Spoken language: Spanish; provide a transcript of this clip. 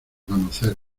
conocer